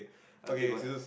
I'll take one